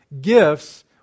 gifts